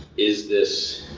is this